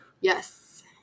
Yes